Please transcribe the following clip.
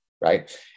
Right